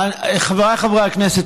חבריי חברי הכנסת,